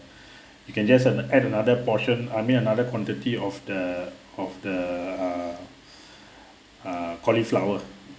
you can just uh add another portion I mean another quantity of the of the uh uh cauliflower